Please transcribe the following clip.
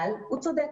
אבל הוא צודק.